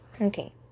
Okay